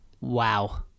Wow